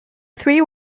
three